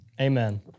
Amen